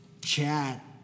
chat